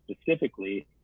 specifically